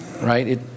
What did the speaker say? Right